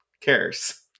cares